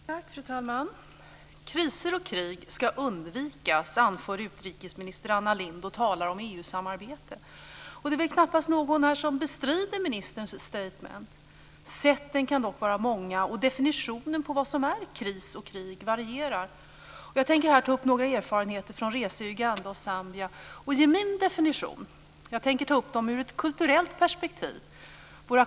Fru talman! Kriser och krig ska undvikas, anför utrikesminister Anna Lindh och talar om EU samarbete. Och det är väl knappast någon här som bestrider ministerns statement. Sätten kan dock vara många, och definitionen på vad som är kris och krig varierar. Jag tänker här ta upp några erfarenheter från resor i Uganda och Zambia och ge min definition. Jag tänker ta upp dem ur ett kulturellt perspektiv.